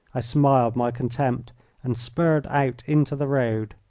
i smiled my contempt and spurred out into the road.